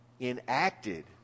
enacted